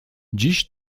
dziś